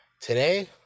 Today